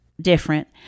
different